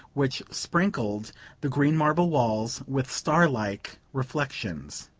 which sprinkled the green marble walls with starlike reflections.